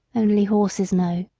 only horses know.